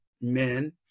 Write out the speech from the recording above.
men